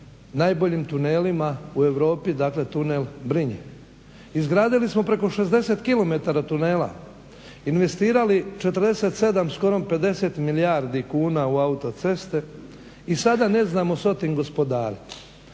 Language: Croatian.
najboljim tunelima u Europi, dakle tunel Brinje. Izgradili smo preko 60 km tunela, investirali 47, skoro 50 milijardi kuna u autoceste i sada ne znamo sa tim gospodariti.